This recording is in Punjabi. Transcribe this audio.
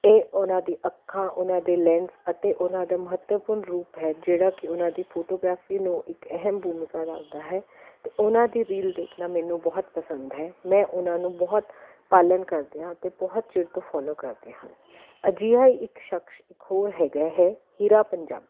ਇਹ ਉਹਨਾਂ ਦੀ ਅੱਖਾਂ ਉਹਨਾਂ ਦੇ ਲੈਂਸ ਅਤੇ ਉਹਨਾਂ ਦੇ ਮਹੱਤਵਪੂਰਨ ਰੂਪ ਹੈ ਜਿਹੜਾ ਕਿ ਉਹਨਾਂ ਦੀ ਫੋਟੋਗ੍ਰਾਫੀ ਨੂੰ ਇੱਕ ਅਹਿਮ ਭੂਮਿਕਾ ਰੱਖਦਾ ਹੈ ਅਤੇ ਉਹਨਾਂ ਦੀ ਰੀਲ ਦੇਖਣਾ ਮੈਨੂੰ ਬਹੁਤ ਪਸੰਦ ਹੈ ਮੈਂ ਉਹਨਾਂ ਨੂੰ ਬਹੁਤ ਪਾਲਣ ਕਰਦੀ ਹਾਂ ਅਤੇ ਬਹੁਤ ਚਿਰ ਤੋਂ ਫੋਲੋ ਕਰਦੇ ਹਾਂ ਅਜਿਹਾ ਇੱਕ ਸ਼ਖਸ ਇੱਕ ਹੋਰ ਹੈਗਾ ਹੈ ਹੀਰਾ ਪੰਜਾਬੀ